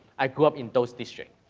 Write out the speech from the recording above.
i grew up in those districts.